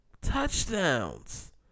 Touchdowns